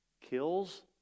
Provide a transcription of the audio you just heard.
kills